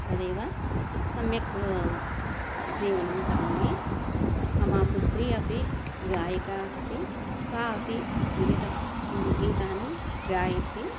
तदेव सम्यक् जीवनं करोमि मम पुत्री अपि गायिका अस्ति सा अपि विविधं गीतानि गायति